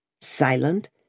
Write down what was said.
silent